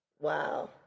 Wow